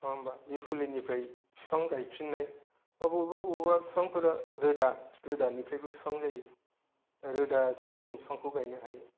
नङाहोनबा बे फुलिनिफ्राय बिफां गायफिननाय बा बबेबा बबेबा बिफांफोरा रोदानिफ्रायनो फिफां जायो रोदाजोंबो जों फिफांखौ गायनो हायो